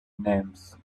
names